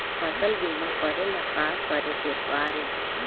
फसल बिमा करेला का करेके पारी?